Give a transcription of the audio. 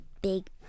big